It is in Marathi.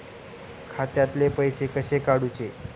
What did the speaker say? खात्यातले पैसे कसे काडूचे?